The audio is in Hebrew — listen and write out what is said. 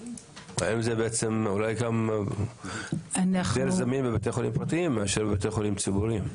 אולי זה יותר זמין בבתי חולים פרטיים מאשר בבתי חולים ציבוריים?